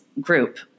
group